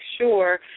sure